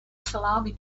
salami